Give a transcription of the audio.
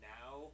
now